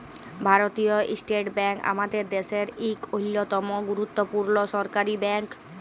ভারতীয় state bank আমাদের দ্যাশের ইক অল্যতম গুরুত্তপুর্ল সরকারি ব্যাংক